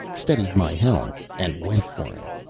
steadied my helm, and went for him.